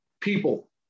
people